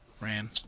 Ran